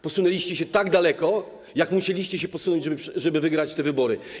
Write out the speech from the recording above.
Posunęliście się tak daleko, jak musieliście się posunąć, żeby wygrać te wybory.